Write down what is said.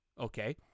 Okay